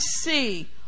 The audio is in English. see